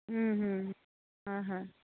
ও ও হয় হয়